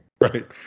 Right